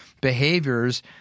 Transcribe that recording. behaviors